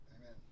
Amen